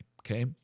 okay